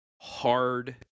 hard